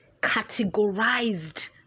categorized